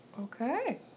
Okay